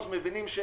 מבינים.